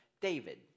David